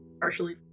partially